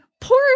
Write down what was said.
poor